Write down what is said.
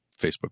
Facebook